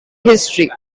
history